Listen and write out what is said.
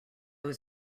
was